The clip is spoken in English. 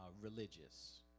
religious